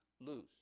lose